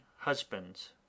HUSBANDS